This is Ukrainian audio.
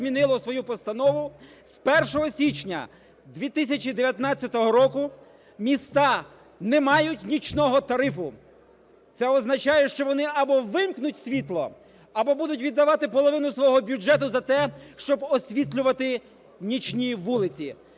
змінило свою постанову, з 1 січня 2019 року міста не мають нічного тарифу. Це означає, що вони або вимкнуть світло, або будуть віддавати половину свого бюджету за те, щоб освітлювати нічні вулиці.